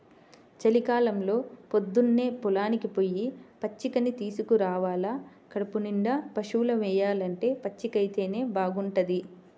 చలికాలంలో పొద్దన్నే పొలానికి పొయ్యి పచ్చికని తీసుకురావాల కడుపునిండా పశువులు మేయాలంటే పచ్చికైతేనే బాగుంటది